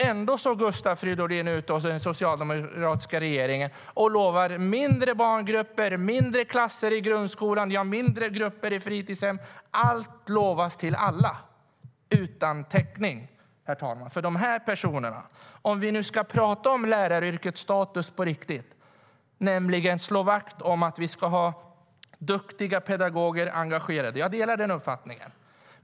Ändå lovar Gustav Fridolin och den socialdemokratiska regeringen mindre barngrupper, mindre klasser i grundskolan och mindre grupper i fritidshemmen. Allt lovas till alla - utan täckning, herr talman. Låt oss tala om läraryrkets status på riktigt, det vill säga att slå vakt om att det ska finnas duktiga och engagerade pedagoger.